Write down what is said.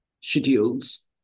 schedules